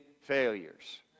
failures